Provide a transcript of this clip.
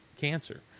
cancer